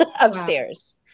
upstairs